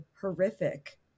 horrific